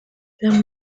terme